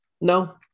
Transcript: No